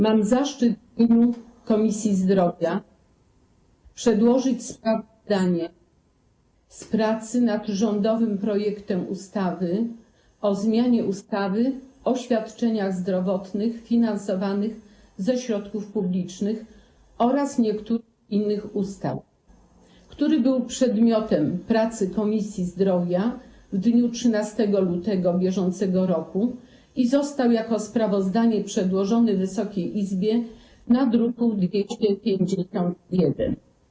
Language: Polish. Mam zaszczyt w imieniu Komisji Zdrowia przedłożyć sprawozdanie z pracy nad rządowym projektem ustawy o zmianie ustawy o świadczeniach zdrowotnych finansowanych ze środków publicznych oraz niektórych innych ustaw, który był przedmiotem pracy Komisji Zdrowia w dniu 13 lutego br. i został jako sprawozdanie przedłożony Wysokiej Izbie w druku nr 251.